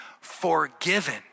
forgiven